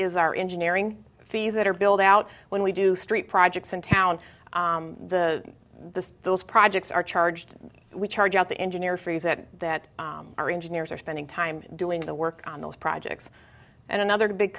is our engineering fees that are build out when we do street projects in town the the those projects are charged we charge out the engineer freeze that that our engineers are spending time doing the work on those projects and another big